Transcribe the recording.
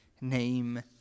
name